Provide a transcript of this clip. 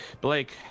Blake